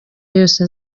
yose